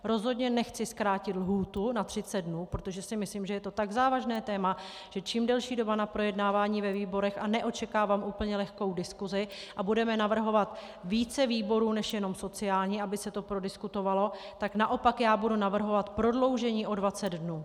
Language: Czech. Rozhodně nechci zkrátit lhůtu na 30 dnů, protože si myslím, že je to tak závažné téma, že čím delší doba na projednávání ve výborech a neočekávám úplně lehkou diskusi, a budeme navrhovat více výborů než jenom sociální, aby se to prodiskutovalo, tak naopak já budu navrhovat prodloužení o 20 dnů.